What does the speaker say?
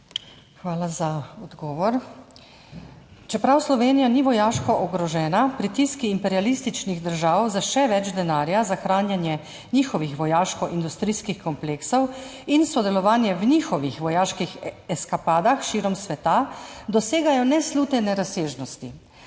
Hvala za odgovor. Čeprav Slovenija ni vojaško ogrožena, pritiski imperialističnih držav za še več denarja za hranjenje njihovih vojaškoindustrijskih kompleksov in sodelovanje v njihovih vojaških eskapadah širom sveta dosegajo neslutene razsežnosti.